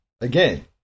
again